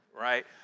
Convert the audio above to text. right